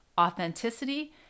authenticity